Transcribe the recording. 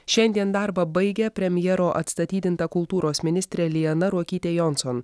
šiandien darbą baigia premjero atstatydinta kultūros ministrė liana ruokytė jonson